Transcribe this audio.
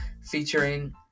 featuring